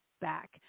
back